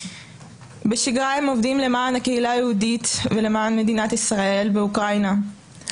בשגרה הם עובדים למען הקהילה היהודית ולמען מדינת ישראל באוקראינה,